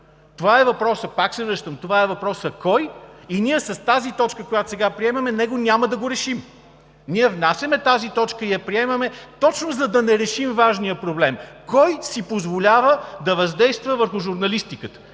медии е ключов – пак се връщам, това е въпросът: „Кой?“, и с тази точка, която сега приемаме, няма да го решим. Ние внасяме тази точка и я приемаме, точно за да не решим важния проблем – кой си позволява да въздейства върху журналистиката?